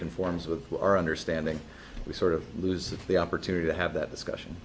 conforms with our understanding we sort of lose the opportunity to have that discussion